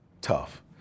tough